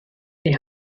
die